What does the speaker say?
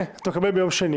אתה מקבל ביום שני